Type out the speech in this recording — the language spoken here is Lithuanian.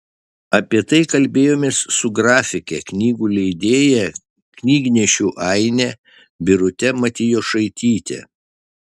apie tai kalbėjomės su grafike knygų leidėja knygnešių aine birute matijošaityte